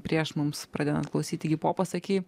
prieš mums pradedant klausyti igi popo sakei